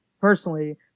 personally